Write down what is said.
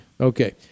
Okay